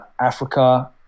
Africa